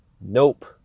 Nope